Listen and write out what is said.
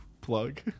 plug